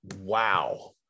Wow